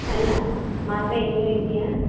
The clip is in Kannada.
ಅಲ್ಲ ಮಾತ್ರೆ ಇನ್ನೂ ಇದೆಯಾ